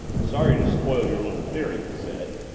sorry to spoil your little theory, he said,